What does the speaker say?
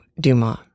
Dumas